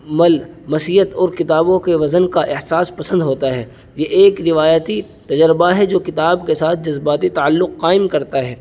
لمسیت اور کتابوں کے وزن کا احساس پسند ہوتا ہے یہ ایک روایتی تجربہ ہے جو کتاب کے ساتھ جذباتی تعلق قائم کرتا ہے